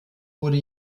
wurde